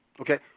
Okay